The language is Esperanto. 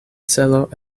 celo